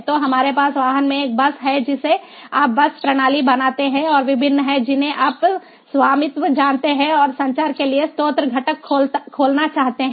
तो हमारे पास वाहन में एक बस है जिसे आप बस प्रणाली जानते हैं और विभिन्न हैं जिन्हें आप स्वामित्व जानते हैं और संचार के लिए स्रोत घटक खोलना चाहते हैं